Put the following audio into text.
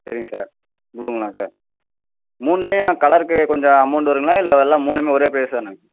சரிங்க சார் ப்ளூங்களா சார் மூணுலையும் கலருக்கு கொஞ்சம் அமௌண்ட் வருங்களா இல்லை எல்லாம் மூணுமே ஒரே ப்ரைஸ் தானா